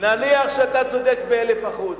נניח שאתה צודק באלף אחוז.